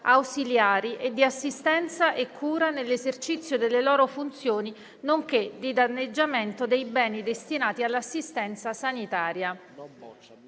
ausiliari e di assistenza e cura nell'esercizio delle loro funzioni, nonché di danneggiamento dei beni destinati all'assistenza sanitaria»